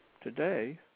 today